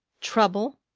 trouble!